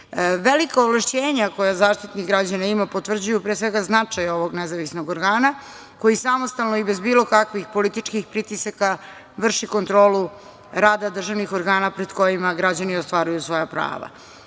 Velika ovlašćenja koja Zaštitnik građana ima potvrđuju, pre svega, značaj ovog nezavisnog organa koji samostalno i bez bilo kakvih političkih pritisaka vrši kontrolu rada državnih organa pred kojima građani ostvaruju svoja